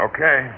Okay